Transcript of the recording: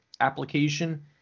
application